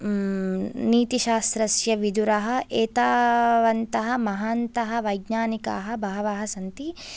नीतिशास्त्रस्य विदुरः एतावन्तः महान्तः वैज्ञानिकाः बहवः सन्ति